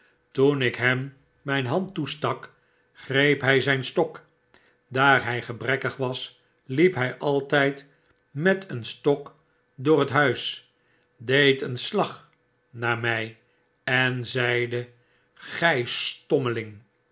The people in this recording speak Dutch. toen ik hem mijn hand toestak greep hij zijn stok daar hij gebrekkig was liep hij altijd met een stok door het huis deed een slag naar mij en zeide gij